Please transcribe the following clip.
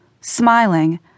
Smiling